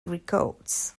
records